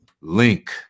link